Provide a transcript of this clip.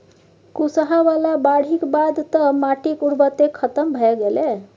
कुसहा बला बाढ़िक बाद तँ माटिक उर्वरते खतम भए गेलै